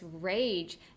rage